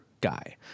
guy